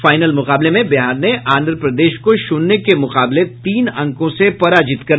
final मुकाबले में बिहार ने आंध्र प्रदेश को शून्य के मुकाबले तीन अंको से पराजित कर दिया